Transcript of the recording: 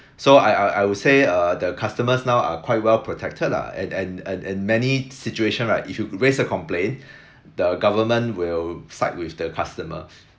so I I I would say uh the customers now are quite well protected lah and and and and many situation right if you raise a complaint the government will side with the customer